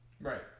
Right